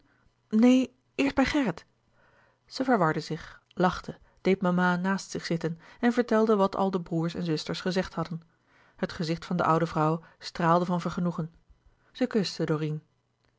neen eerst bij gerrit zij verwarde zich lachte deed mama naast zich zitten en vertelde wat al de broêrs en zusters gezegd hadden het gezicht van de oude vrouw straalde van vergenoegen zij kuste